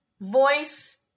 voice